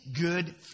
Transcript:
good